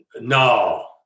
No